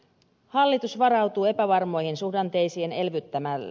hallitus varautuu epävarmoihin suhdanteisiin elvyttämällä